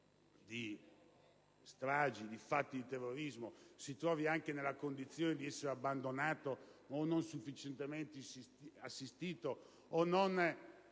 di stragi, di fatti di terrorismo non si trovi anche nella condizione di essere abbandonato, non sufficientemente assistito, o